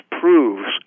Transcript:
proves